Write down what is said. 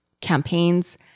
campaigns